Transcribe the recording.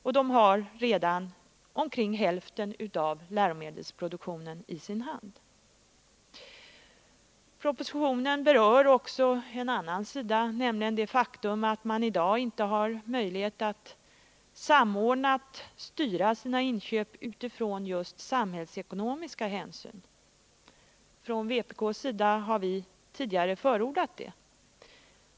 Och den har redan omkring hälften av läromedelsproduktionen i sin hand. Propositionen berör också en annan sida, nämligen det faktum att man i dag inte har möjlighet att samordnat styra sina inköp utifrån just samhällsekonomiska hänsyn. Från vpk har vi tidigare förordat det.